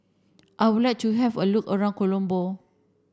I would like to have a look around Colombo